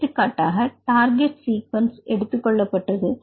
எடுத்துக்காட்டாக target sequence எடுத்துக்கொள்ளப்பட்டது